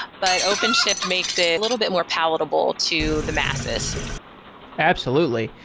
but openshift makes it a little bit more palatable to the masses absolutely.